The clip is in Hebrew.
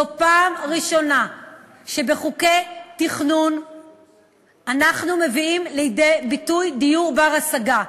זו פעם ראשונה שבחוקי תכנון אנחנו מביאים לידי ביטוי דיור בר-השגה.